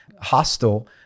hostile